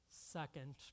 Second